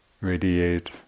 radiate